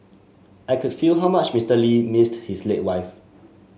I could feel how much Mister Lee missed his late wife